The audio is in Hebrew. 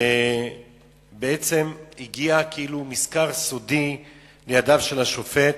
ובעצם הגיע כאילו מזכר סודי לידיו של השופט,